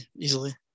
easily